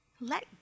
let